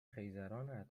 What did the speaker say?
خیزران